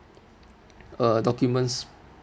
uh documents